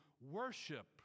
worship